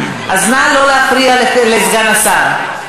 אז נא לא להפריע לסגן השר.